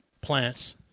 plants